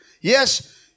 Yes